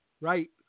Right